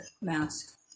mask